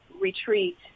retreat